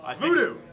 Voodoo